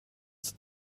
zur